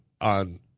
on